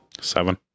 seven